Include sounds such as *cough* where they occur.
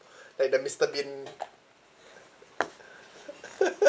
like the mister bean *laughs*